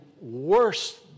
worse